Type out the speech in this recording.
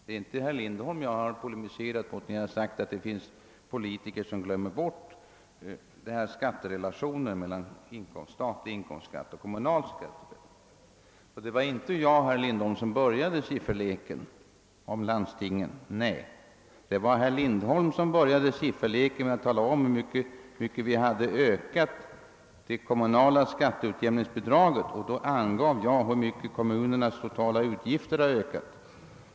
Det är inte herr Lindholm som jag har polemiserat mot när jag har sagt att det finns politiker som glömmer bort relationen mellan statlig inkomstskatt och kommunal skatt. Det var inte jag, herr Lindholm, som började sifferleken om landstingen. Det var herr Lindholm som började sifferleken med att tala om hur mycket det kommunala skatteutjämningsbidraget hade ökat. Då angav jag hur mycket kommunernas totala utgifter har ökat.